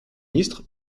ministre